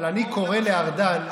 אבל אני קורא לארדן,